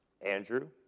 Andrew